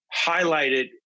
highlighted